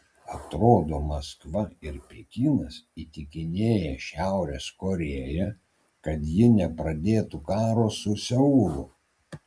atrodo maskva ir pekinas įtikinėja šiaurės korėją kad ji nepradėtų karo su seulu